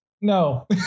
No